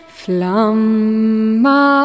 flamma